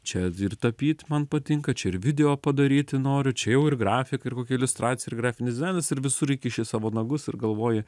čia ir tapyt man patinka čia ir video padaryti noriu čia jau ir grafika ir kokia iliustracija ir grafinis dizainas ir visur įkiši savo nagus ir galvoji